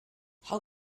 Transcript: how